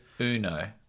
Uno